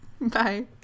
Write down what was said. Bye